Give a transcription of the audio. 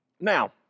Now